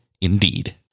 indeed